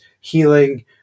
healing